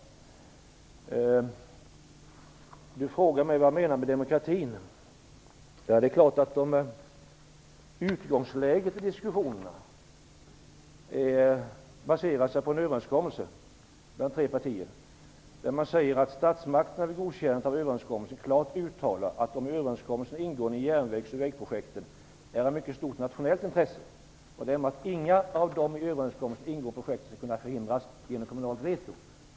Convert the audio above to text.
Ingemar Josefsson frågade vad jag menar med demokratin i detta sammanhang. Utgångsläget i diskussionerna är en överenskommelse mellan tre partier där man säger att statsmakterna vid godkännandet av överenskommelsen klart uttalat att de i överenskommelsen ingående järnvägs och vägprojekten är av mycket stort nationellt intresse och att därmed inga av de i överenskommelsen ingående projekten skall kunna förhindras genom kommunalt veto.